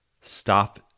stop